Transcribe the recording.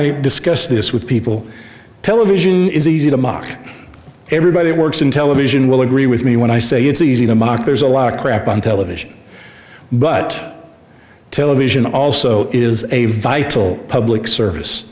i discuss this with people television is easy to mock everybody who works in television will agree with me when i say it's easy to mock there's a lot of crap on television but television also is a vital public service